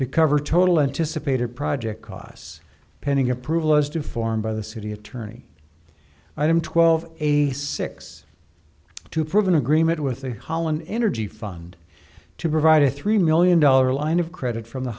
to cover total anticipated project costs pending approval as deformed by the city attorney item twelve eighty six to prove an agreement with a holland energy fund to provide a three million dollar line of credit from the